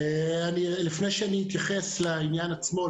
לפני שאני אתייחס לעניין עצמו,